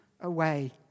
away